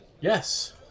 Yes